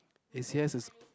A_C_S is